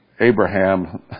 Abraham